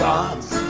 God's